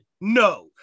No